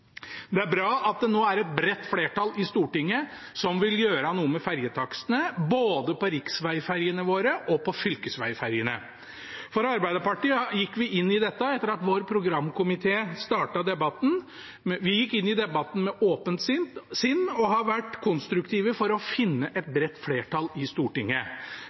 Det er bra at det nå er et bredt flertall i Stortinget som vil gjøre noe med ferjetakstene, både på riksvegferjene og på fylkesvegferjene våre. Vi i Arbeiderpartiet gikk inn i dette etter at vår programkomité startet debatten. Vi gikk inn i debatten med åpent sinn og har vært konstruktive for å finne et bredt flertall i Stortinget.